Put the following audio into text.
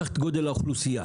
קח את גודל האוכלוסייה.